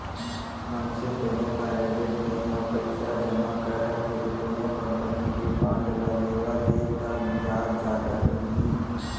मनसे कोनो private bank म पइसा जमा करत हे कोनो कंपनी के बांड ल लेवत हे ता बियाज जादा मिलही